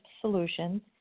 Solutions